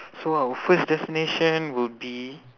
so our first destination will be